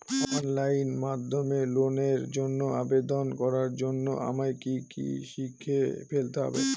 Online মাধ্যমে লোনের জন্য আবেদন করার জন্য আমায় কি কি শিখে ফেলতে হবে?